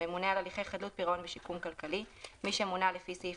"הממונה על הליכי חדלות פירעון ושיקום כלכלי" מי שמונה לפי סעיף